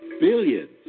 Billions